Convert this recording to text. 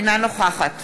אינה נוכחת